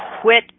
quit